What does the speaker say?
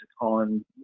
on